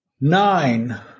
nine